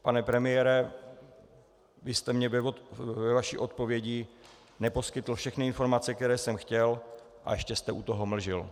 Pane premiére, vy jste mně ve své odpovědi neposkytl všechny informace, které jsme chtěl, a ještě jste u toho mlžil.